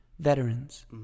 Veterans